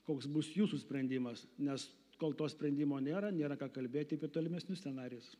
koks bus jūsų sprendimas nes kol to sprendimo nėra nėra ką kalbėti apie tolimesnius scenarijus